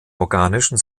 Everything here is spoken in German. organischen